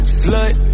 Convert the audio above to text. slut